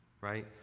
right